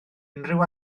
unrhyw